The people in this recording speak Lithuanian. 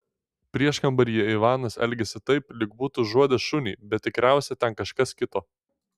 prieškambaryje ivanas elgėsi taip lyg būtų užuodęs šunį bet tikriausiai ten kažkas kito